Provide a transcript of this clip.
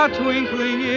twinkling